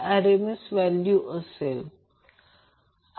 अर्थ एक आहे समजा हे स्टार कनेक्टेड लोड आहे